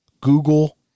Google